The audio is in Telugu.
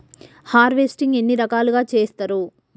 హార్వెస్టింగ్ ఎన్ని రకాలుగా చేస్తరు?